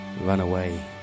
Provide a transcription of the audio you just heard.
Runaway